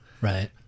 right